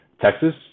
Texas